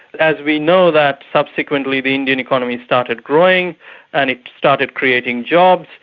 as we know that subsequently the indian economy started growing and it started creating jobs.